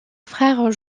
frère